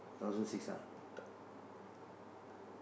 thousand six hundred